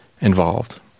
involved